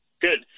Good